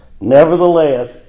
Nevertheless